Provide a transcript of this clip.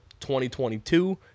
2022